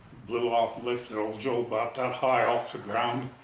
blew off, lifted old joe about that high off the ground.